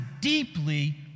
deeply